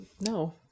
No